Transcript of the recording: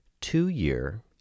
two-year